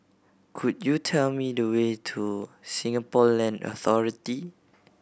could you tell me the way to Singapore Land Authority